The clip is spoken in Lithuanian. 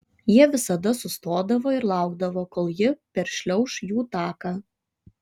jie visada sustodavo ir laukdavo kol ji peršliauš jų taką